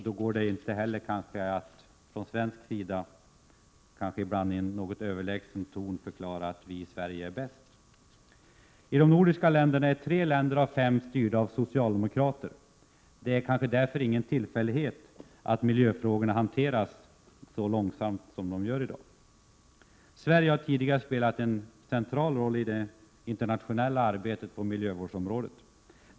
Då går det inte heller att från svensk sida, kanske ibland i en något överlägsen ton, förklara att vi i Sverige är bäst. I Norden är tre länder av fem styrda av socialdemokrater. Det är kanske därför ingen tillfällighet att miljöfrågorna hanteras så långsamt som sker i dag. Sverige har tidigare spelat en central roll i det internationella arbetet på miljövårdsområdet.